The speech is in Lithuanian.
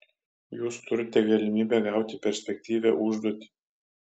jūs turite galimybę gauti perspektyvią užduoti